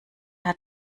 hat